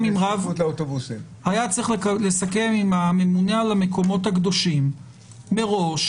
אז היה צריך לסכם עם הממונה על המקומות הקדושים מראש.